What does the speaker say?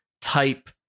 type